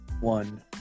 one